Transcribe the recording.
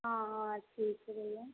हाँ हाँ ठीक है भैया